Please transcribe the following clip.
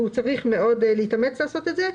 הוא צריך להתאמץ מאוד לעשות את זה,